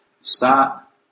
Stop